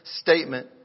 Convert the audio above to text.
statement